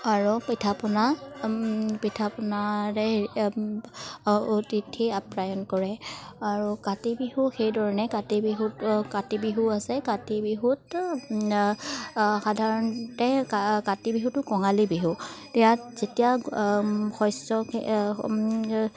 আৰু পিঠা পনা পিঠা পনাৰে হেৰি অতিথি আপ্যায়ন কৰে আৰু কাতি বিহু সেইধৰণে কাতি বিহুত কাতি বিহু আছে কাতি বিহুত সাধাৰণতে কা কাতি বিহুটো কঙালী বিহু ইয়াত যেতিয়া শস্য